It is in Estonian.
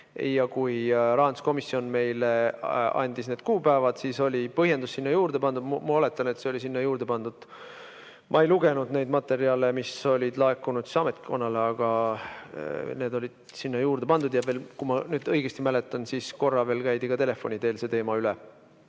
Kui rahanduskomisjon meile andis need kuupäevad, siis oli põhjendus sinna juurde pandud – ma oletan, et see oli sinna juurde pandud. Ma ei lugenud neid materjale, mis olid laekunud ametkonnale, aga need olid sinna juurde pandud ja kui ma nüüd õigesti mäletan, siis korra veel käidi ka telefoni teel see teema üle